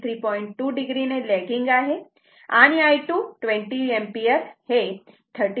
2 o ने lagging आहे आणि I2 20 एम्पिअर हे 36